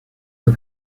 del